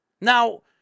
Now